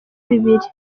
bibiri